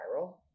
viral